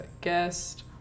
guest